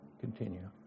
continue